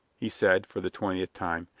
he said, for the twentieth time,